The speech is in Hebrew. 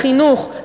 לחינוך,